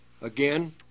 again